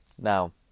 Now